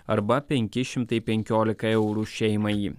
arba penki šimtai penkiolika eurų šeimai